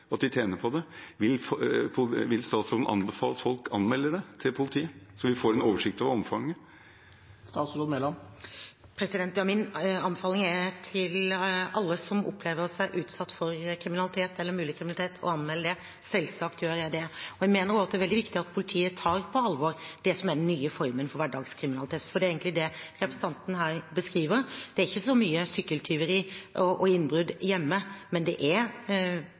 at de tjener på det – anmelder dette til politiet, så vi får en oversikt over omfanget? Ja, min anbefaling til alle som opplever seg utsatt for kriminalitet, eller mulig kriminalitet, er å anmelde det. Selvsagt gjør jeg det. Jeg mener også at det er veldig viktig at politiet tar på alvor det som er den nye formen for hverdagskriminalitet, for det er egentlig det representanten her beskriver – det er ikke så mye sykkeltyveri og innbrudd hjemme, men det er